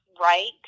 right